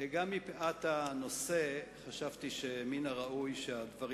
גם מפאת הנושא חשבתי שמן הראוי שהדברים